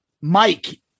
Mike